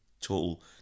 total